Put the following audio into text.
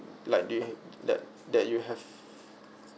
like they that that you have